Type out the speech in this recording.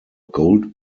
gold